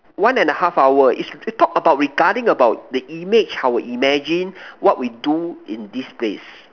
one and a half hour each talk about regarding about the image our imagine what we do in this place